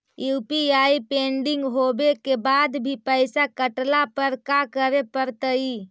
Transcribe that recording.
UPI pending होवे के बाद भी पैसा कटला पर का करे पड़तई?